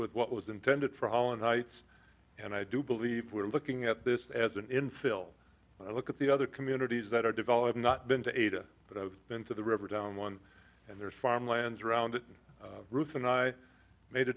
with what was intended for holland heights and i do believe we're looking at this as an infill look at the other communities that are developing not been to ada but i've been to the river down one and there's farmlands around roofs and i made a